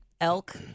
elk